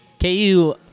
KU